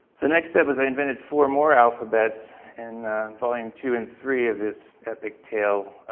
the next step was i invented four more alphabets and following two and three of this epic tale,